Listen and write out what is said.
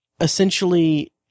essentially